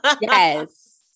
Yes